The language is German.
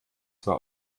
zwar